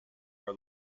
are